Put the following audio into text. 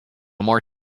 more